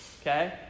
Okay